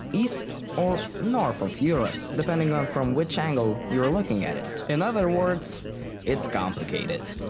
east or north of europe, depending on from which angle you are looking at it. in other words it's complicated.